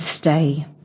stay